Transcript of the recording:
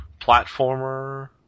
platformer